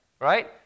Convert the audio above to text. right